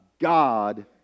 god